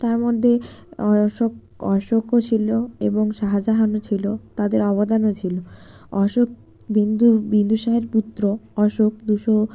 তার মধ্যে আমরা অশোক অশোকও ছিলো এবং শাহাজাহানও ছিলো তাদের অবদানও ছিলো অশোক বিন্দু বিন্দুসারের পুত্র অশোক দুশো